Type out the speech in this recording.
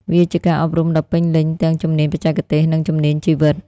វាជាការអប់រំដ៏ពេញលេញទាំងជំនាញបច្ចេកទេស និងជំនាញជីវិត។